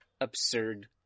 absurd